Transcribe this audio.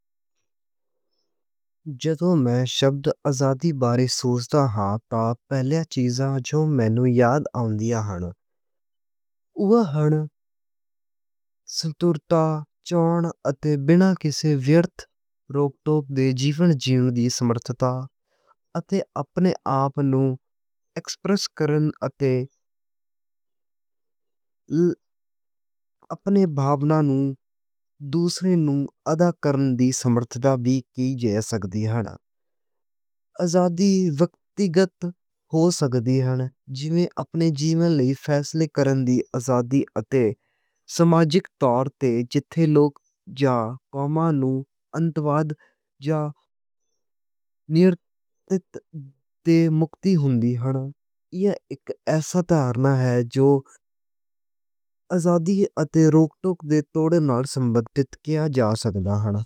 جدوں میں لفظ آزادی بارے سوچدا ہاں تاں پہلے آ چیزاں جو مینوں یاد آوندیاں ہن۔ اوہ ہن سوتنترتا چاہُنا اتے بغیر کسے روک ٹوک دے۔ جیون دی سمرتھا اتے اپنے آپ نوں ایکسپریس کرن اتے۔ اپنی بھاونا نوں دووجے نوں ادا کرن دی سمرتھا سکدی ہن۔ آزادی ویکتیگت ہو سکدی ہن۔ جیویں اپنے جیون لئی فیصلے کرن لئی۔ آزادی اتے سماجک طور تے جتھے لوکی یا قوماں نوں انتیواد یا نرتھتا تے۔ مکتی ہوندی ہن ایہ اک ایس ادھارنا ہے۔ جو آزادی اتے روک ٹوک دے۔ توہاڈے نال سبندھت کیتا جا سکدا ہن۔